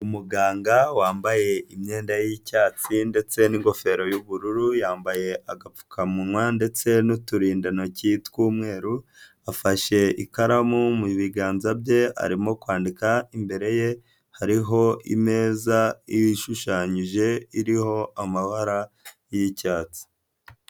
Umuganga wambaye imyenda y'icyatsi ndetse n'ingofero y'ubururu, yambaye agapfukamunwa ndetse n'uturindantoki tw'umweru, afashe ikaramu mu biganza bye, arimo kwandika, imbere ye, hariho imeza ishushanyije iriho amabara y'icyatsi.